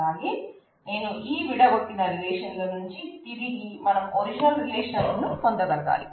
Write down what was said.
అలాగే నేను ఈ విడగొట్టిన రిలేషన్ల నుంచి తిరిగి మనం ఒరిజినల్ రిలేషన్ పొందగలగాలి